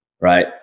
right